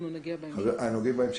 נגיע לזה בהמשך.